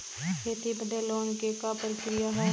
खेती बदे लोन के का प्रक्रिया ह?